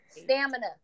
stamina